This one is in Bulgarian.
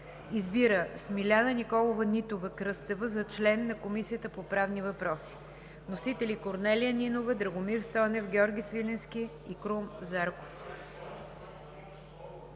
Избира Смиляна Николова Нитова-Кръстева за член на Комисията по правни въпроси.“ Вносители са Корнелия Нинова, Драгомир Стойнев, Георги Свиленски и Крум Зарков.